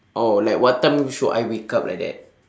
oh like what time should I wake up like that